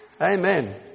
Amen